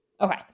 Okay